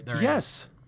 Yes